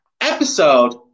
episode